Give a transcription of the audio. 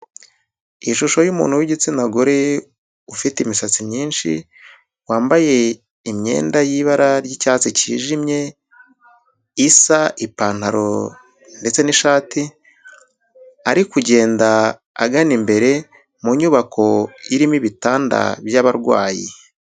Ishusho y'umuntu w'igitsina gore ufite imisatsi myinshi, wambaye imyenda y'ibara ry'icyatsi cyijimye, isa ipantaro ndetse n'ishati, ari kugenda agana imbere mu nyubako irimo ibitanda by'abarwayi.